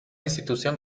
institución